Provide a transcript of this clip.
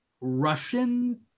Russian